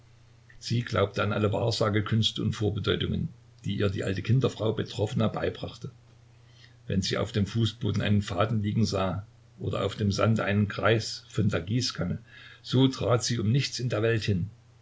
sie glaubte an alle wahrsagekünste und vorbedeutungen die ihr die alte kinderfrau petrowna beibrachte wenn sie auf dem fußboden einen faden liegen sah oder auf dem sande einen kreis von der gießkanne so trat sie um nichts in der welt hin